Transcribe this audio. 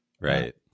Right